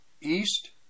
East